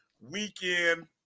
weekend